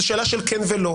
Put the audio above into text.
זאת שאלה של כן ולא.